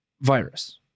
virus